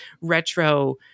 retro